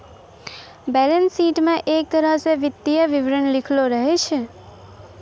balance sheet म एक तरह स वित्तीय विवरण लिखलो रहै छै